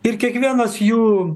ir kiekvienas jų